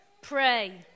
pray